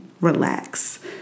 relax